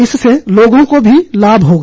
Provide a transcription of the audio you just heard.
इससे लोगों को भी लाभ होगा